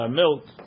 milk